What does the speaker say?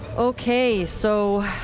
okay, so.